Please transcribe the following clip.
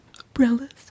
umbrellas